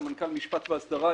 סמנכ"ל משפט ואסדרה,